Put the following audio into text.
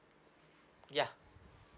ya